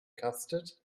custard